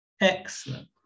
Excellent